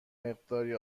مقداری